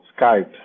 Skype